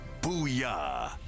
Booyah